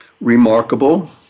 remarkable